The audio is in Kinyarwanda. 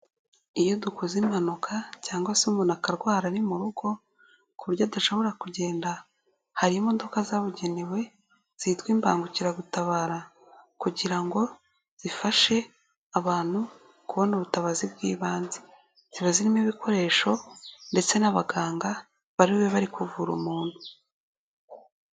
Iyo dukoze impanuka cyangwa se umuntu akarwara ari mu rugo, ku buryo adashobora kugenda. Hari imodoka zabugenewe zitwa imbangukiragutabara kugira ngo zifashe abantu kubona ubutabazi bw'ibanze. Ziba zirimo ibikoresho ndetse n'abaganga baribube bari kuvura umuntu.